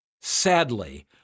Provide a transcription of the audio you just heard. Sadly